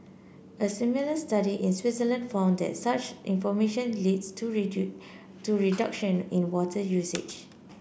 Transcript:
a similar study in Switzerland found that such information leads to to reduction in water usage